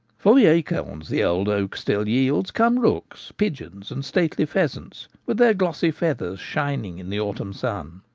for the acorns the old oak still yields come rooks, pigeons, and stately pheasants, with their glossy feathers shining in the autumn sun.